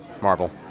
Marvel